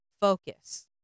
focus